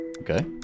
Okay